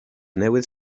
newydd